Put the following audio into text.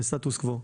לסטטוס קוו.